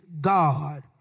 God